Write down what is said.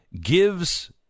gives